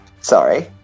Sorry